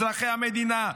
אזרחי המדינה,